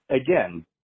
again